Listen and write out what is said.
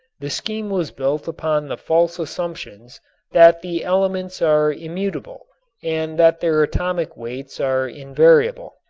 the scheme was built upon the false assumptions that the elements are immutable and that their atomic weights are invariable.